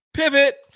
pivot